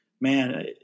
man